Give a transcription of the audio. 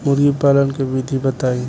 मुर्गीपालन के विधी बताई?